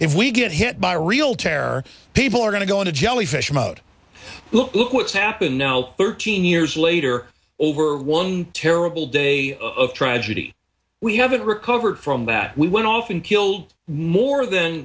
if we get hit by real terror people are going to go into jellyfish mode look what's happened now thirteen years later over one terrible day of tragedy we haven't recovered from that we went off and killed more th